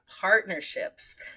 partnerships